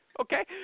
Okay